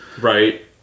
Right